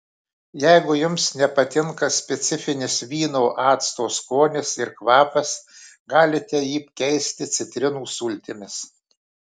jeigu jums nepatinka specifinis vyno acto skonis ir kvapas galite jį keisti citrinų sultimis